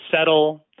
settle